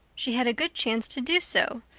she had a good chance to do so,